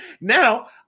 now